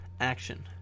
action